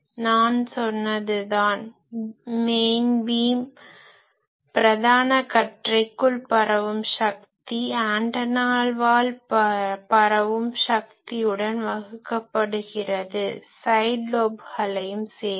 நான் சொன்னது தான் மெயின் பீம் main beam பிரதான கற்றைக்குள் பரவும் சக்தி ஆண்டெனாவால் பரவும் சக்தியால் வகுக்கப்படுகிறது ஸைட் லோப்களையும் சேர்த்து